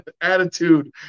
Attitude